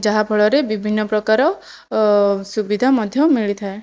ଯାହା ଫଳରେ ବିଭିନ୍ନ ପ୍ରକାର ସୁବିଧା ମଧ୍ୟ ମିଳିଥାଏ